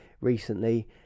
recently